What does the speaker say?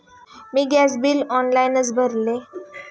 मी gas bill ऑनलाइनच भरले